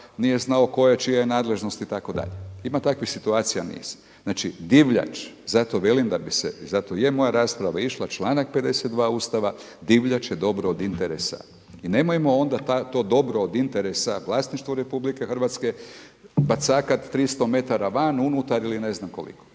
nije znao koja je čija je nadležnost itd. ima takvih situacija niz. Znači, divljač, zato velim da bi se i zato je moja rasprava išla, članak 52. Ustava, divljač je dobro od interesa i nemojmo onda to dobro od interesa vlasništvo RH bacakati 300m van, unutar ili ne znam koliko.